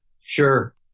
Sure